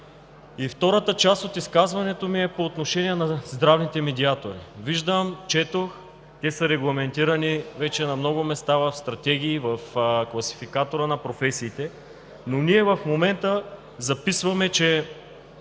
Втората част от изказването ми е по отношение на здравните медиатори. Виждам, четох, че те са регламентирани вече на много места в стратегии, в класификатора на професиите. Ние в момента записваме, че